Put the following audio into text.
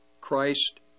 Christ